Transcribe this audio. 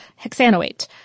hexanoate